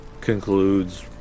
concludes